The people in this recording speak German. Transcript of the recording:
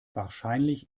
wahrscheinlich